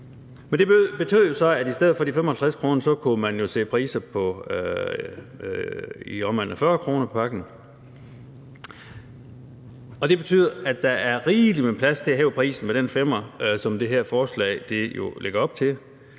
Men det betød jo så, at i stedet for de 55 kr. kunne man se priser i omegnen af 40 kr. pakken. Det betyder, at der er rigeligt med plads til at hæve prisen med den femmer, som det her forslag jo lægger op til,